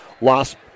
lost